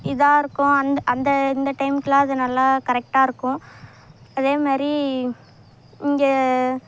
இதாகருக்கும் அந்த அந்த இந்த டைமுக்கெலாம் அது நல்லா கரெக்டாக இருக்கும் அதேமாரி இங்கே